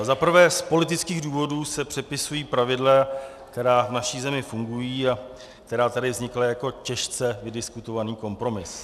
Za prvé, z politických důvodů se přepisují pravidla, která v naší zemi fungují a která tady vznikla jako těžce vydiskutovaný kompromis.